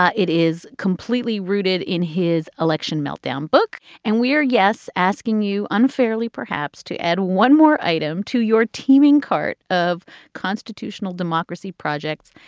ah it is completely rooted in his election meltdown book. and we are. yes. asking you unfairly perhaps to add one more item to your teeming cart of constitutional democracy projects,